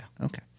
Okay